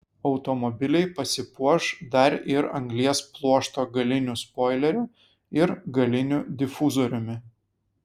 automobiliai pasipuoš dar ir anglies pluošto galiniu spoileriu ir galiniu difuzoriumi